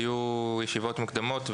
היו ישיבות מוקדמות,